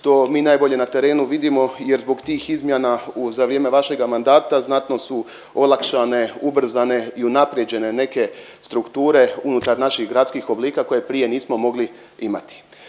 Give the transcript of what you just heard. što mi najbolje na terenu vidimo jer zbog tih izmjena za vrijeme vašega mandata znatno su olakšane, ubrzane i unaprijeđene neke strukture unutar naših gradskih oblika koje prije nismo mogli imati.